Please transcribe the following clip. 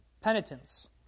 Penitence